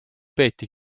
peeti